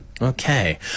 Okay